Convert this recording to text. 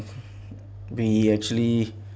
we actually